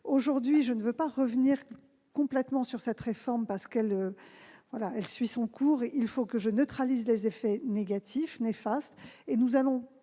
travailler. Je ne veux pas revenir complètement sur cette réforme parce qu'elle suit son cours ; il faut que j'en neutralise les effets négatifs ou néfastes, et nous